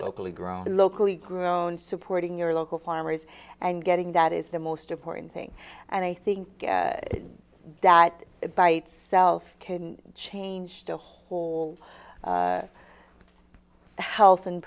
locally grown locally grown supporting your local farmers and getting that is the most important thing and i think that by self can change the whole health and